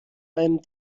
beim